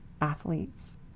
athletes